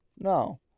No